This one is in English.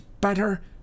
better